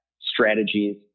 strategies